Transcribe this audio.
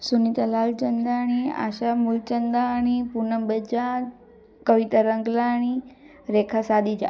Sunita Lalchandani Asha Moolchandani Poonam Bajaj Kavita Ranglani Rekha Sadija